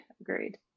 Agreed